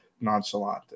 nonchalant